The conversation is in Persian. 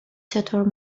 چطور